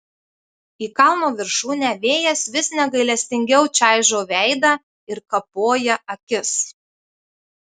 į kalno viršūnę vėjas vis negailestingiau čaižo veidą ir kapoja akis